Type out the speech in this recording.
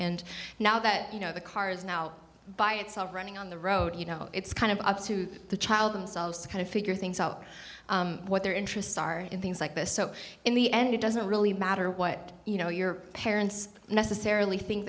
and now that you know the cars now by itself running on the road you know it's kind of up to the child themselves to kind of figure things out what their interests are and things like this so in the end it doesn't really matter what you know your parents necessarily think